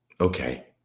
Okay